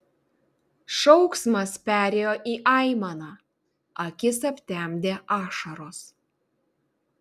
šauksmas perėjo į aimaną akis aptemdė ašaros